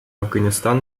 афганистан